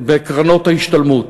בקרנות ההשתלמות.